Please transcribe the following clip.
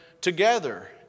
together